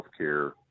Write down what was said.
healthcare